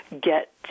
get